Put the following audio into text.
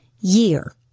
year